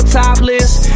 topless